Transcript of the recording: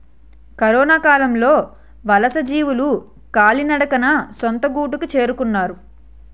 కరొనకాలంలో వలసజీవులు కాలినడకన సొంత గూటికి చేరుకున్నారు